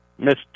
Mr